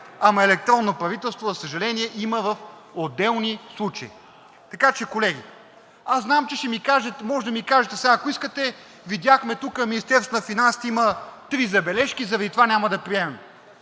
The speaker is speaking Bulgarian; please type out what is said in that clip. ама електронно правителство, за съжаление, има в отделни случаи. Така че, колеги, аз знам, че може да ми кажете: сега, ако искате? Видяхме тук, че Министерството на финансите има три забележки и заради това няма да приемем.